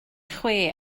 chwi